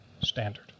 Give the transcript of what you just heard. standard